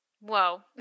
whoa